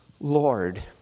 Lord